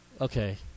Okay